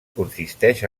consisteix